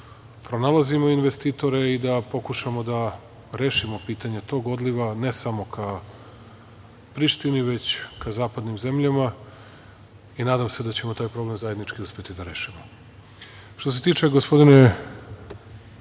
zato pronalazimo investitore i da pokušamo da rešimo pitanje tog odliva, ne samo ka Prištini, već ka zapadnim zemljama i nadam se da ćemo taj problem zajednički uspeti da rešimo. Što se tiče, gospodine